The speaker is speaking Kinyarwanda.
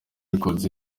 records